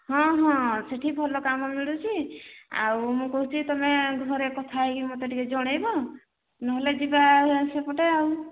ହଁ ହଁ ସେଠି ଭଲ କାମ ମିଳୁଛି ଆଉ ମୁଁ କହୁଛି ତୁମେ ଘରେ କଥା ହୋଇକି ମୋତେ ଟିକେ ଜଣେଇବ ନହେଲେ ଯିବା ସେପଟେ ଆଉ